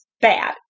bad